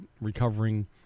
recovering